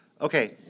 okay